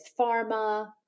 pharma